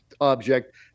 object